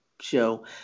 show